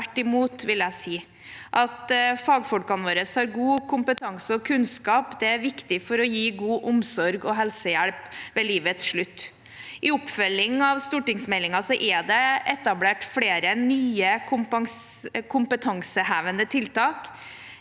tvert imot, vil jeg si. At fagfolkene våre har god kompetanse og kunnskap, er viktig for å gi god omsorg og helsehjelp ved livets slutt. I oppfølging av stortingsmeldingen er det etablert flere nye kompetansehevende tiltak.